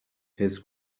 his